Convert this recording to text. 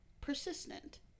persistent